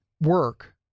work